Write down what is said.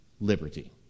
liberty